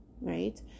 right